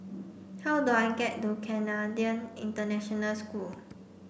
how do I get to Canadian International School